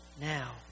Now